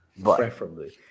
Preferably